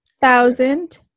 thousand